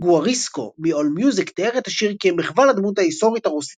גואריסקו מ-AllMusic תיאר את השיר כ"מחווה לדמות ההיסטורית הרוסית